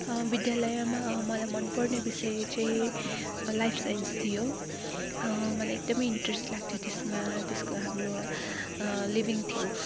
विद्यालयमा मलाई मनपर्ने विषय लाइफ साइन्स थियो मलाई एकदमै इन्ट्रेस्ट लाग्थ्यो त्यसमा त्यसको हाम्रो लिभङ थिङ्ग्स